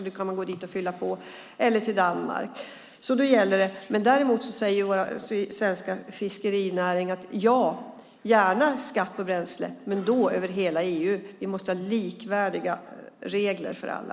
De kan gå dit eller till Danmark och fylla på. Då gäller det alltså. Däremot säger vår svenska fiskerinäring: Ja, vi ser gärna skatt på bränsle, men då över hela EU. Vi måste ha likvärdiga regler för alla.